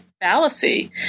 fallacy